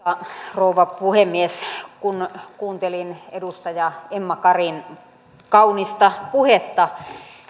rouva puhemies kun kuuntelin edustaja emma karin kaunista puhetta